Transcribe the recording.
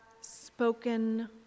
spoken